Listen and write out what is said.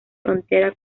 frontera